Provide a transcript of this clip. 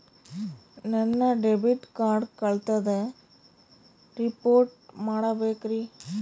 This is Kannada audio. ನನ್ನ ಡೆಬಿಟ್ ಕಾರ್ಡ್ ಕಳ್ದದ ರಿಪೋರ್ಟ್ ಮಾಡಬೇಕ್ರಿ